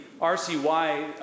RCY